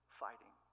fighting